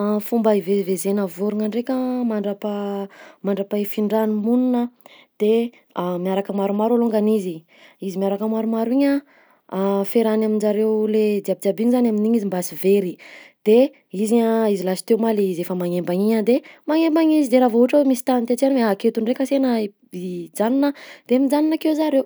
Fomba ivezivezana vorogna ndraika mandrapaha- mandrapahifindrany monina de miaraka maromaro alongany izy, izy miaraka maromaro igny a fiarahany aminjareo le jiabijiaby igny zany amin'igny izy mba sy very; de izy a, izy lasteo ma le izy efa magnembana igny a de magnembana izy de raha vao ohatra hoe misy tany tetiany aketo ndraika asena i- hijanona de mijanona akeo zareo.